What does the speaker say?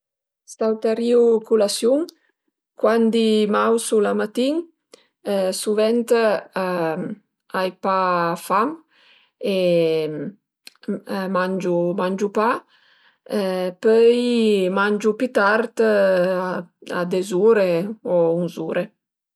Sauterìu culasiun, cuandi m'ausu la matin suvent ai pa fam e mangiu pa, pöi mangiu pi tart, a des ure o unz'ure